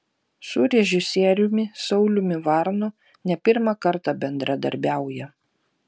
su režisieriumi sauliumi varnu ne pirmą kartą bendradarbiauja